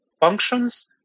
functions